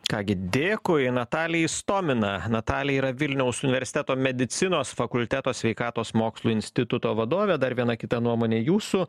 ką gi dėkui natalija istomina natalija yra vilniaus universiteto medicinos fakulteto sveikatos mokslų instituto vadovė dar viena kita nuomonė jūsų